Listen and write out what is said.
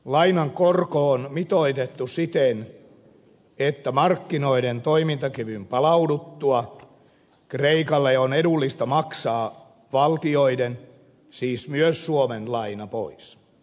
lainan korko on mitoitettu siten että markkinoiden toimintakyvyn palauduttua kreikalle on edullista maksaa valtioiden siis myös suomen laina pois